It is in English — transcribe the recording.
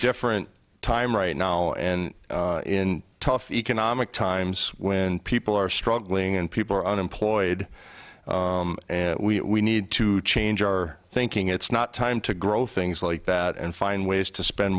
different time right now and in tough economic times when people are struggling and people are unemployed and we need to change our thinking it's not time to grow things like that and find ways to spend